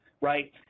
right